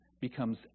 becomes